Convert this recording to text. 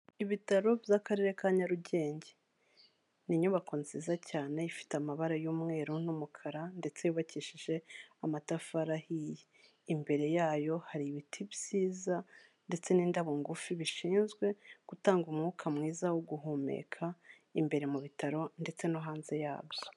Ibitaro by'Akarere ka Nyarugenge ni inyubako nziza cyane ifite amabara y'umweru n'umukara ndetse yubakishije amatafari ahiye. Imbere yayo hari ibiti byiza ndetse n'indabo ngufi bishinzwe gutanga umwuka mwiza wo guhumeka imbere mu bitaro ndetse no hanze yabyo.